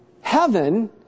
heaven